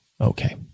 okay